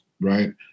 right